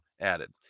added